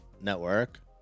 network